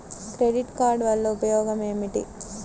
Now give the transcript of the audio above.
Credit card వల్ల ఉపయోగం ఏమిటీ?